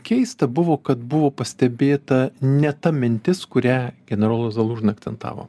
ar man keista buvo kad buvo pastebėta ne ta mintis kurią generolas zalužny akcentavo